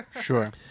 Sure